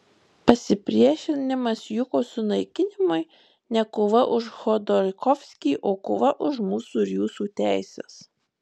pasipriešinimas jukos sunaikinimui ne kova už chodorkovskį o kova už mūsų ir jūsų teises